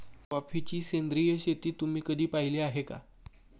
कॉफीची सेंद्रिय शेती तुम्ही कधी पाहिली आहे का?